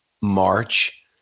march